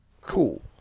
Cool